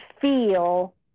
feel